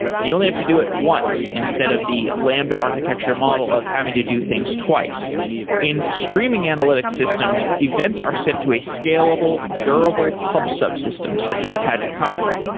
and you only have to do it once, instead of the lambda architecture model of having to do things twice in streaming analytic systems, events are set to a scalable, durable pub sub-systems, such as apache kafka.